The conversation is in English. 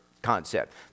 concept